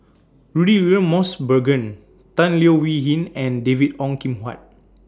Rudy William Mosbergen Tan Leo Wee Hin and David Ong Kim Huat